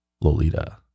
Lolita